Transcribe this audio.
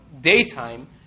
daytime